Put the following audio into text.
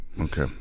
okay